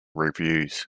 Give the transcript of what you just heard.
reviews